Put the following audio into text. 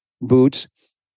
boots